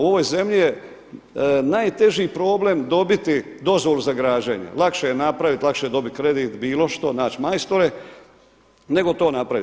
U ovoj zemlji je najteži problem dobiti dozvolu za građenje, lakše je napraviti, lakše je dobiti kredit bilo što, nać majstore nego to napraviti.